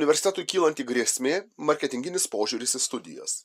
universitetui kylanti grėsmė marketinginis požiūris į studijas